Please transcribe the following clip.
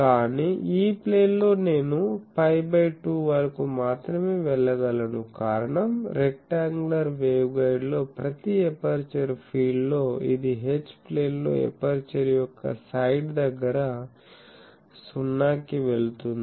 కానీ E ప్లేన్లో నేను π బై 2 వరకు మాత్రమే వెళ్ళగలనుకారణం రెక్టాoగులార్ వేవ్గైడ్ లో ప్రతి ఎపర్చరు ఫీల్డ్లో ఇది H ప్లేన్లో ఎపర్చరు యొక్క సైడ్ దగ్గర 0 కి వెళుతుంది